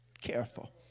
careful